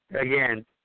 Again